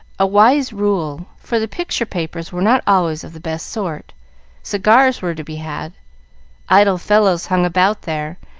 a wise rule, for the picture papers were not always of the best sort cigars were to be had idle fellows hung about there,